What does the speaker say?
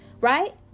right